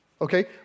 okay